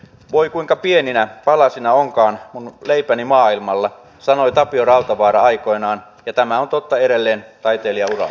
voi kuinka pieninä palasina onkaan mun leipäni maailmalla sanoi tapio rautavaara aikoinaan ja tämä on totta edelleen taitelijauralla